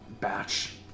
batch